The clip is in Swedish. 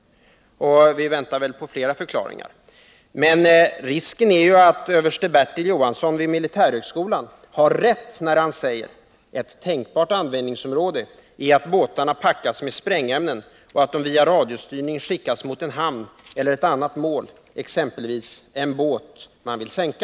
Och vi väntar väl på flera förklaringar. Men risken är att överste Bertil Johansson vid militärhögskolan har rätt när han säger: ”Ett tänkbart användningsområde är att båtarna packas med sprängämnen och att de via radiostyrning skickas mot en hamn eller ett annat mål, exempelvis en båt man vill sänka.”